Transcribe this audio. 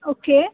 okay